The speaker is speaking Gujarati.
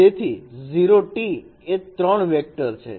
તેથી 0T એ 3 વેક્ટર છે